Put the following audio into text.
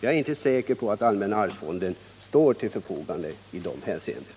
Jag är inte säker på att allmänna arvsfonden står till förfogande i dessa fall.